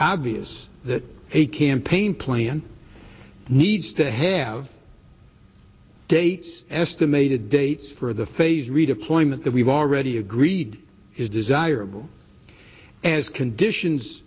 obvious that a campaign plan needs to have dates estimated dates for the phased redeployment that we've already agreed is desirable as conditions